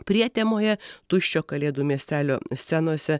prietemoje tuščio kalėdų miestelio scenose